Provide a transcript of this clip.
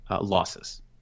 losses